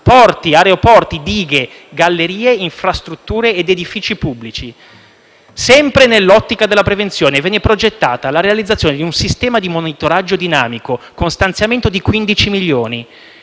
porti, aeroporti, dighe, gallerie, infrastrutture ed edifici pubblici. Sempre nell’ottica della prevenzione, viene poi progettata la realizzazione di un sistema di monitoraggio dinamico, con uno stanziamento di 15 milioni.